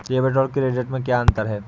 Debit और credit में क्या अंतर है?